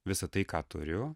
visa tai ką turiu